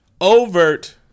Overt